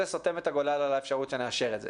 זה סותם את הגולל על האפשרות שנאשר את זה.